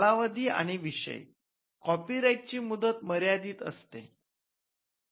कालावधी आणि विषय कॉपीराइटची मुदत मर्यादित असते